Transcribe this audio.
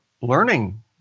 learning